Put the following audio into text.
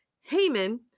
Haman